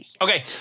Okay